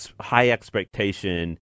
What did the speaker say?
high-expectation